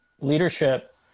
leadership